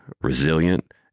resilient